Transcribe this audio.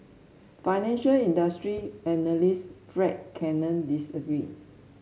financial industry analyst Fred Cannon disagreed